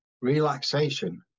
relaxation